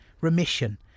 Remission